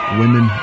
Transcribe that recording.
women